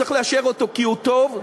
צריך לאשר אותו כי הוא טוב,